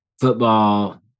Football